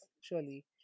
Surely